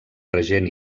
regent